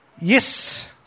Yes